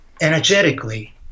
energetically